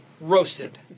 Roasted